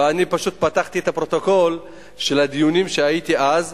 ואני פתחתי את הפרוטוקול של הדיונים שהייתי בהם אז,